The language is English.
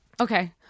okay